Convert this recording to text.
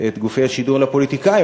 את גופי השידור לפוליטיקאים,